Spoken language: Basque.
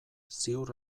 ziur